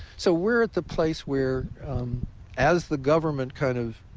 so we're at the place where as the government kind of